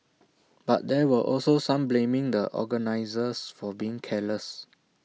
but there were also some blaming the organisers for being careless